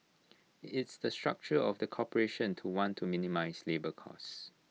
it's the structure of the corporation to want to minimise labour costs